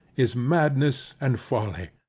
is madness and folly.